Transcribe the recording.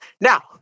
Now